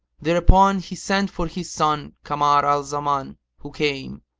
thereupon he sent for his son kamar al-zaman who came,